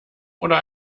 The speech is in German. oder